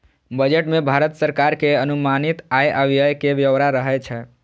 budget मे भारत सरकार के अनुमानित आय आ व्यय के ब्यौरा रहै छै